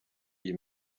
iyi